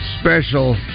special